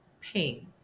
pain